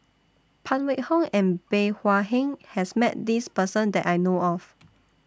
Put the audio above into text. Phan Wait Hong and Bey Hua Heng has Met This Person that I know of